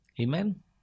Amen